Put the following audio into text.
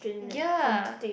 ya